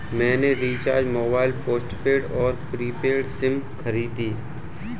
मैंने recharge mobile postpaid और prepaid sim खरीदे